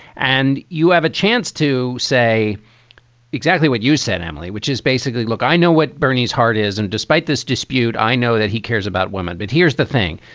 and you have a chance to say exactly what you said. emily, which is basically, look, i know what bernie's heart is. and despite this dispute, i know that he cares about women. but here's the thing.